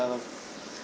~e